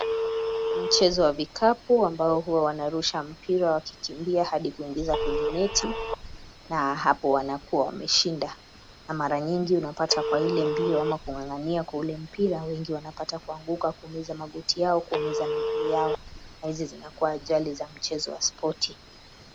Mchezo wa vikapu ambao huwa wanarusha mpira wakikimbia hadi kuingiza kwenye neti, na hapo wanakua wameshinda. Kwa mara nyingi unapata kwa ile mbio ama kung'ang'ania kwa ule mpira , wengi wanapata kuanguka kuumiza magoti yao, kuumiza miguu yao, na hizi zinakua ajali za mchezo wa spoti.